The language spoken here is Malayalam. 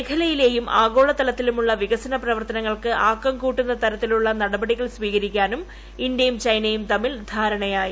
മേഖലയിലെയും ആഗോള തലത്തിലുമുള്ള വികസപ്രവർത്തനങ്ങൾക്ക് ആക്കം കൂട്ടുന്ന തരത്തിലുള്ള നടപടികൾ സ്വീകരിക്കാനും ഇന്ത്യയും ചൈനയും തമ്മിൽ ധാരണയായി